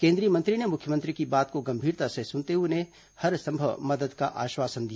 केंद्रीय मंत्री ने मुख्यमंत्री की बात को गंभीरता से सुनते हुए उन्हें हरसंभव मदद का आश्वासन दिया